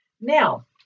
Now